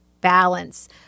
balance